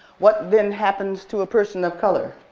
what then happens to a person of color?